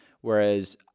whereas